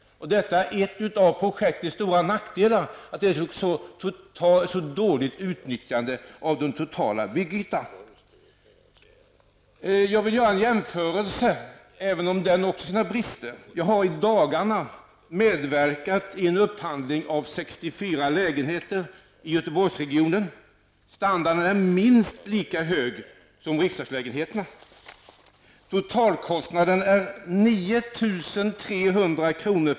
En av de stora nackdelarna med projektet är alltså att den totala byggytan utnyttjas mycket dåligt. Jag vill göra en jämförelse, även om också den har sina brister. Jag har i dagarna medverkat i en upphandling av 64 lägenheter i Göteborgsregionen. Standarden är minst lika hög som i riksdagslägenheterna. Totalkostnaden är 9 300 kr.